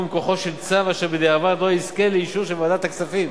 מכוחו של צו אשר בדיעבד לא יזכה לאישור של ועדת הכספים.